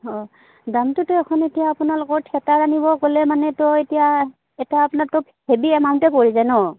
অঁ দামটোতো এখন এতিয়া আপোনালোকৰ থিয়েটাৰ আনিব গ'লে মানেতো এতিয়া এটা আপোনাৰতো হেভি এমাউণ্টেই পৰি যায় ন